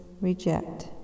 reject